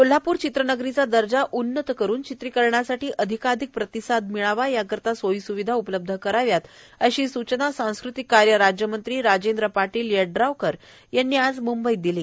कोल्हापूर चित्रनगरीचा दर्जा उन्नत करून चित्रीकरणासाठी अधिकाधीक प्रतिसाद मिळावा याकरिता सोयीस्विधा उपलब्ध कराव्यातए अशी सूचना सांस्कृतिक कार्य राज्यमंत्री राजेंद्र पाटील यड्रावकर यांनी आज मुंबईत दिली